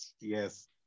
yes